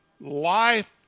life